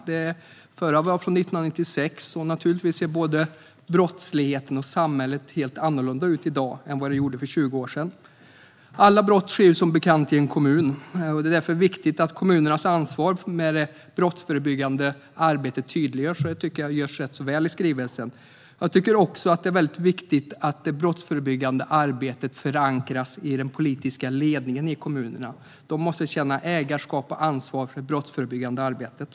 Det förra var från 1996, och både brottsligheten och samhället ser naturligtvis helt annorlunda ut i dag än för 20 år sedan. Alla brott sker som bekant i en kommun. Det är därför viktigt att kommunernas ansvar för det brottsförebyggande arbetet tydliggörs, och det tycker jag görs rätt väl i skrivelsen. Jag tycker också att det är viktigt att det brottsförebyggande arbetet förankras i den politiska ledningen i kommunerna. Ledningen måste känna ägarskap och ansvar för det brottsförebyggande arbetet.